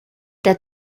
der